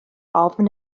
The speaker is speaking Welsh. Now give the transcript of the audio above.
ofn